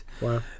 Wow